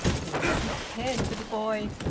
he had not cared for the boy,